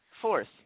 Fourth